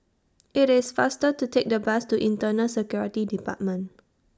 IT IS faster to Take The Bus to Internal Security department